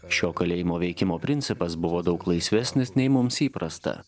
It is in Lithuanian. šio kalėjimo veikimo principas buvo daug laisvesnis nei mums įprasta